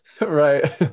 Right